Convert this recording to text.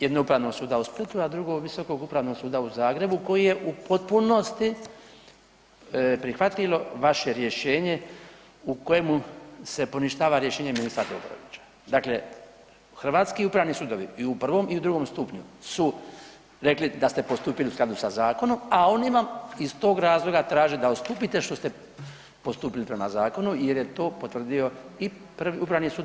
Jedno Upravnog suda u Splitu, a drugo Visokog upravnog suda u Zagrebu koje je u potpunosti prihvatilo vaše rješenje u kojemu se poništava rješenje Ministarstva …/nerazumljivo/… dakle hrvatski upravni sudovi i u prvom i u drugom stupnju su rekli da ste postupili u skladu sa zakonom, a oni vam iz tog razloga traže da odstupite što ste postupili prema zakonu jer je to potvrdio i upravni sud u prvom i u drugom stupnju.